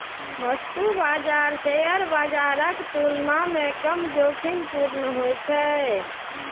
वस्तु बाजार शेयर बाजारक तुलना मे कम जोखिमपूर्ण होइ छै